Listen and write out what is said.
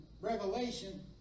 Revelation